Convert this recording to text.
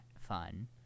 fun